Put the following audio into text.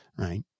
Right